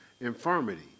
infirmity